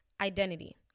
identity